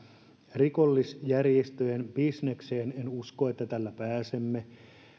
rikollisjärjestöjen bisnekseen niin en usko että tällä pääsemme